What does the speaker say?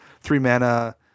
three-mana